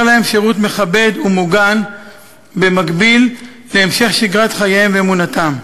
להם שירות מכבד ומוגן במקביל להמשך שגרת חייהם ואמונתם.